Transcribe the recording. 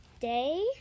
day